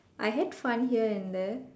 I had fun here and there